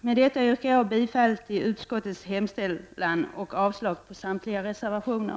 Med detta yrkar jag bifall till utskottets hemställan och avslag på samtliga reservationer.